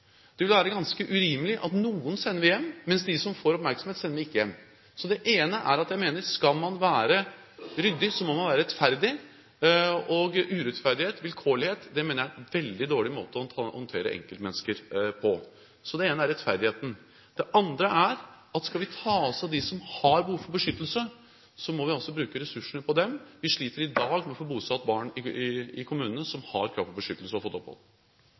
sender noen hjem, mens vi ikke sender hjem dem som får oppmerksomhet. Jeg mener at skal man være ryddig, så må man være rettferdig. Urettferdighet og vilkårlighet mener jeg er et veldig dårlig utgangspunkt for å håndtere enkeltmennesker. Så det ene er rettferdigheten. Det andre er at skal vi ta oss av dem som har behov for beskyttelse, må vi også bruke ressursene på dem. Vi sliter i dag med å få bosatt i kommunene barn som har krav på beskyttelse og har fått opphold.